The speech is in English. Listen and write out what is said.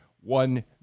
one